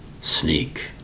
sneak